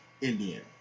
Indian